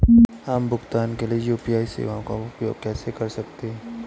हम भुगतान के लिए यू.पी.आई सेवाओं का उपयोग कैसे कर सकते हैं?